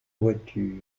voiture